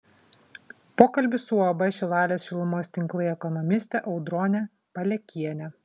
pokalbis su uab šilalės šilumos tinklai ekonomiste audrone palekiene